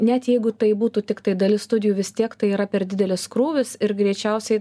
net jeigu tai būtų tiktai dalis studijų vis tiek tai yra per didelis krūvis ir greičiausiai